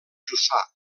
jussà